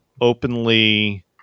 openly